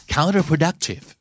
Counterproductive